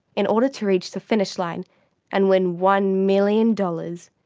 in order to reach the finish line and win one million dollars.